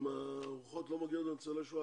שאם הארוחות לא מגיעות לניצולי שואה,